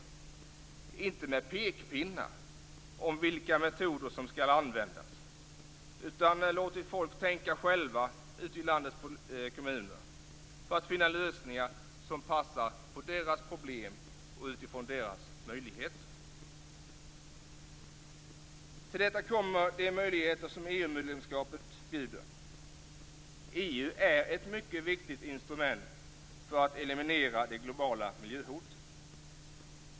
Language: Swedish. Vi har inte kommit med några pekpinnar när det gäller vilka metoder som skall användas, utan låtit folk tänka själva ute i landets kommuner för att finna lösningar som passar deras problem och deras möjligheter. Till detta kommer de möjligheter som EU medlemskapet bjuder. EU är ett mycket viktigt instrument för att eliminera de globala miljöhoten.